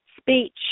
speech